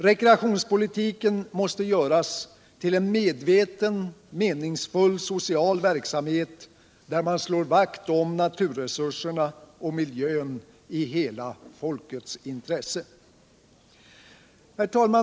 Rekreationspolitiken måste göras till en medveten, meningsfull social verksamhet där man slår vakt om naturresurserna och miljön i hela folkets intresse.